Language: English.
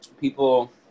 people